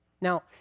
now